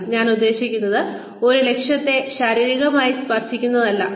ഞാൻ ഉദ്ദേശിക്കുന്നത് ഇത് ഒരു ലക്ഷ്യത്തെ ശാരീരികമായി സ്പർശിക്കുന്നതിനെക്കുറിച്ചല്ല